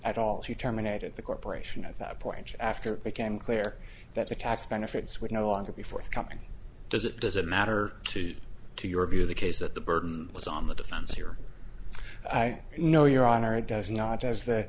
at all she terminated the corporation at that point after it became clear that the tax benefits would no longer be forthcoming does it doesn't matter to your view of the case that the burden was on the funds here i know your honor does not as